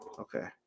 Okay